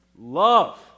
love